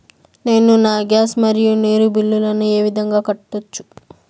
నేను నా గ్యాస్, మరియు నీరు బిల్లులను ఏ విధంగా కట్టొచ్చు?